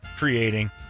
Creating